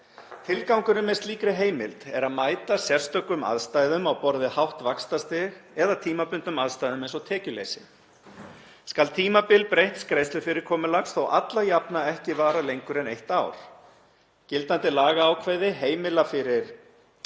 Tilgangurinn með slíkri heimild er að mæta sérstökum aðstæðum á borð við hátt vaxtastig eða tímabundnum aðstæðum eins og tekjuleysi. Skal tímabil breytts greiðslufyrirkomulags þó alla jafna ekki vara lengur en eitt ár. Gildandi lagaákvæði heimila ekki